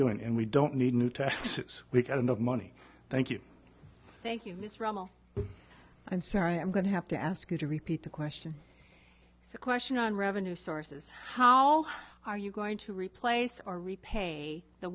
doing and we don't need new taxes we've got enough money thank you thank you but i'm sorry i'm going to have to ask you to repeat the question it's a question on revenue sources how are you going to replace our repay the